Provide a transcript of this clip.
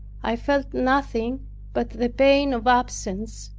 i felt nothing but the pain of absence,